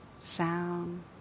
sound